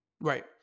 Right